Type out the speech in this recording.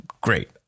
great